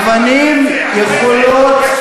על איזה מרגרט תאצ'ר אתה מדבר?